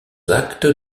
actes